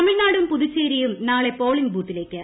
തമിഴ്നാടും പുതുച്ചേരിയും നാള്ള് പോളിംഗ് ബൂത്തിലേക്ക്